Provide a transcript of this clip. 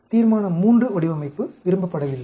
தீர்மான III வடிவமைப்பு விரும்பப்படவில்லை